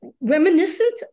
reminiscent